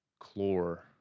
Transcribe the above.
Chlor